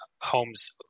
homes